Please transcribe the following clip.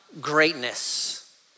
greatness